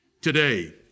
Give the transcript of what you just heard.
today